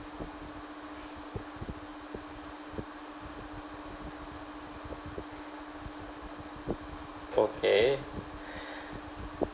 okay